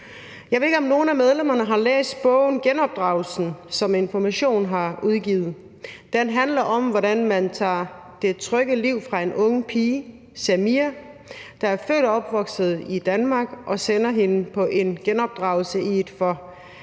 Jeg ved ikke, om nogle af medlemmerne har læst bogen »Genopdragelsen«, som Informations Forlag har udgivet. Den handler om, hvordan man tager det trygge liv fra en ung pige, Samira, der er født og opvokset i Danmark, da man sender hende på genopdragelse i et for hende